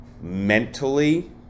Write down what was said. mentally